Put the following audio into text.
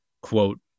quote